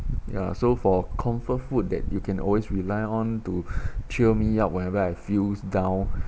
ya so for comfort food that you can always rely on to cheer me up whenever I feels down